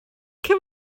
can